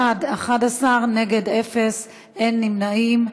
בעד, 11, נגד, אפס, אין נמנעים.